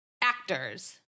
actors